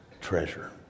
treasure